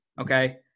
Okay